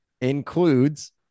includes